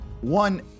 one